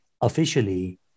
officially